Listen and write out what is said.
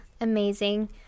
Amazing